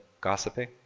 gossiping